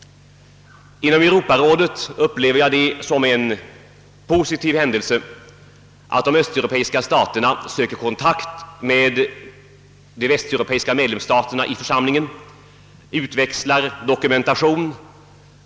Inom Europarådet upplever jag det som en positiv händelse att de östeuropeiska staterna söker kontakt med de västeuropeiska medlemsstaterna i för: samlingen och utväxlar dokumentation.